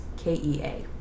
K-E-A